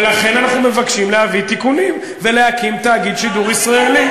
ולכן אנחנו מבקשים להביא תיקונים ולהקים תאגיד שידור ישראלי.